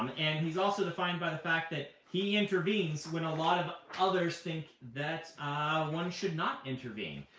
um and he's also defined by the fact that he intervenes when a lot of others think that one should not intervene,